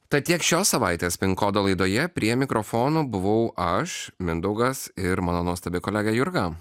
tad tiek šios savaitės pin kodo laidoje prie mikrofono buvau aš mindaugas ir mano nuostabi kolegė jurga